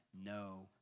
no